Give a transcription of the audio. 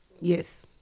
yes